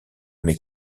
mes